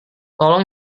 tolong